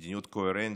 מדיניות קוהרנטית,